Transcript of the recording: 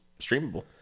streamable